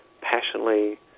passionately